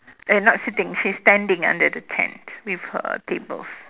eh not sitting she's standing under the tent with her tables